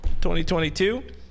2022